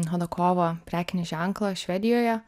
hodakova prekinį ženklą švedijoje